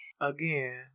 again